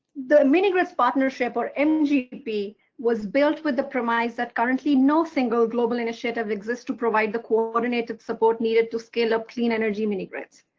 the mini-grids partnership, or mgp, was built with the premise that currently no single global initiative exists to provide the coordinated support needed to scale up clean energy mini-grids.